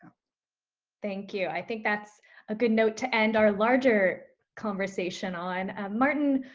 thank you, i think that's a good note to end our larger conversation on. martin,